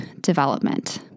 development